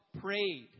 prayed